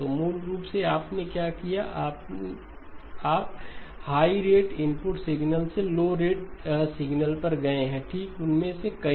तो मूल रूप से आपने क्या किया है आप हाई रेट इनपुट सिग्नल से लो रेट सिग्नल पर गए हैं ठीक उनमें से कई